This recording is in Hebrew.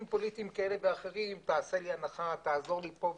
פוליטיים כאלו ואחרים לעשות הנחה ולעזור,